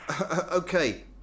okay